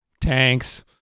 tanks